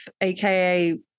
aka